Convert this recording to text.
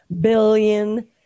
Billion